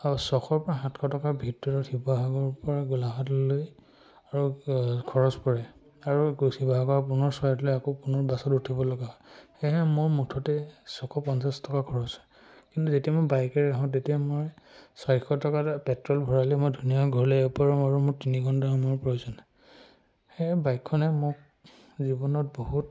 ছশ পৰাৰ সাতশ টকাৰ ভিতৰত শিৱসাগৰৰ পৰা গোলাঘাটলৈ খৰচ পৰে আৰু শিৱসাগৰৰ পুনৰ চৰাইদেউলৈ আকৌ পুনৰ বাছত উঠিব লগা হয় সেয়েহে মোৰ মুঠতে ছশ পঞ্চাছ টকা খৰচ হয় কিন্তু যেতিয়া মই বাইকেৰে আহোঁ তেতিয়া মই ছয়শ টকা পেট্ৰল ভৰাই লৈ মই ধুনীয়াকৈ ঘৰলৈ আহিব পাৰোঁ আৰু মোৰ তিনি ঘণ্টা সময়ৰ প্ৰয়োজন হয় সেয়ে বাইকখনে মোক জীৱনত বহুত